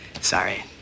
Sorry